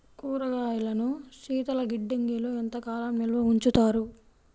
కూరగాయలను శీతలగిడ్డంగిలో ఎంత కాలం నిల్వ ఉంచుతారు?